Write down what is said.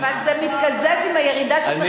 אבל זה מתקזז עם הירידה של